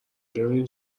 ببینین